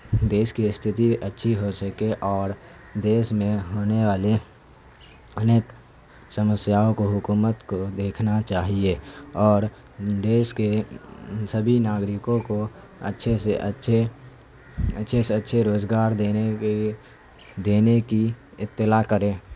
دیش کی استھتی اچھی ہو سکے اور دیش میں ہونے والے انیک سمسیاؤں کو حکومت کو دیکھنا چاہیے اور دیش کے سبھی ناگرکوں کو اچھے سے اچھے اچھے سے اچھے روزگار دینے کی دینے کی اطلاع کرے